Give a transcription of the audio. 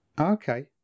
okay